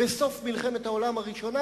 בסוף מלחמת העולם הראשונה,